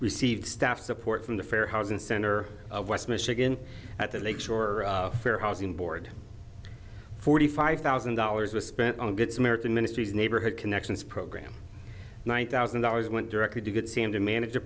received staff support from the fair housing center of west michigan at the lake shore fair housing board forty five thousand dollars was spent on good samaritan ministries neighborhood connections program one thousand dollars went directly to good seem to manage